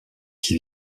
qui